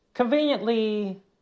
Conveniently